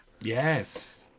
Yes